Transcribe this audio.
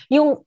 Yung